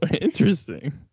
Interesting